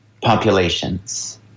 populations